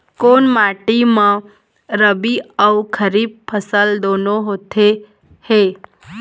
कोन माटी म रबी अऊ खरीफ फसल दूनों होत हे?